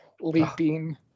leaping